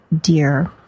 dear